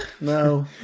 No